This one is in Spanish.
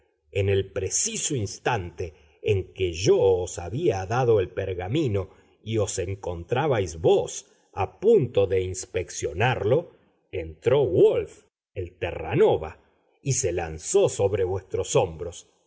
en el preciso instante en que yo os había dado el pergamino y os encontrabais vos a punto de inspeccionarlo entró wolf el terranova y se lanzó sobre vuestros hombros